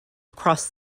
across